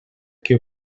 que